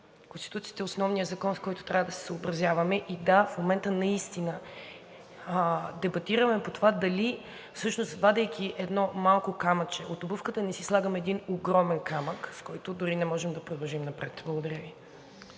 Конституцията е основният закон, с който трябва да се съобразяваме. Да, в момента наистина дебатираме по това дали всъщност, вадейки едно малко камъче от обувката, не си слагаме един огромен камък, с който дори не може да продължим напред. Благодаря Ви.